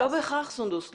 לא בהכרח, סונדוס.